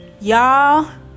Y'all